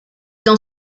dans